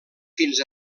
fins